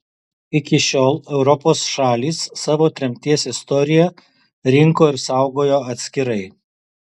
iki šiol europos šalys savo tremties istoriją rinko ir saugojo atskirai